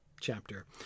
chapter